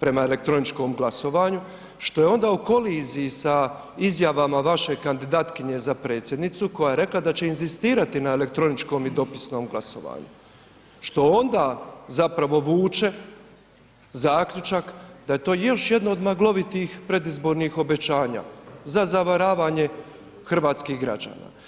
prema elektroničkom glasovanju što je onda u koliziji sa izjavama vaše kandidatkinje za predsjednicu koja je rekla da će inzistirati na elektroničkom i dopisnom glasovanju što onda zapravo vuče zaključak da je to još jedno od maglovitih predizbornih obećanja za zavaravanje hrvatskih građana.